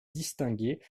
distingué